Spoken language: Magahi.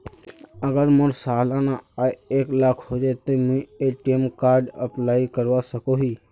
अगर मोर सालाना आय एक लाख होचे ते मुई ए.टी.एम कार्ड अप्लाई करवा सकोहो ही?